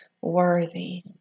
worthy